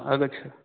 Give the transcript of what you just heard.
आगच्छ